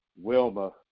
Wilma